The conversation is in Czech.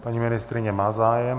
Paní ministryně má zájem.